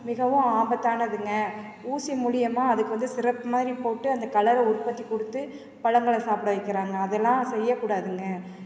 மிகவும் ஆபத்தானதுங்க ஊசி மூலிமா அதுக்கு வந்து சிரப் மாதிரி போட்டு அந்த கலரை உற்பத்தி கொடுத்து பழங்கள சாப்பிட வைக்கிறாங்க அதெல்லாம் செய்யக்கூடாதுங்க